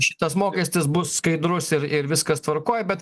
šitas mokestis bus skaidrus ir ir viskas tvarkoj bet